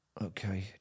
Okay